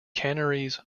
canneries